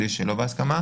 שליש שלא בהסכמה.